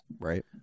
Right